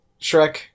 Shrek